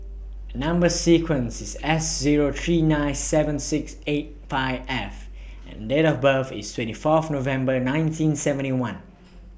Number sequence IS S Zero three nine seven six eight five F and Date of birth IS twenty Fourth November nineteen seventy one